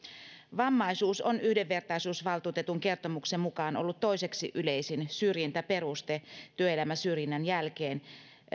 vammaisuus on yhdenvertaisuusvaltuutetun kertomuksen mukaan ollut toiseksi yleisin syrjintäperuste työelämäsyrjinnän jälkeen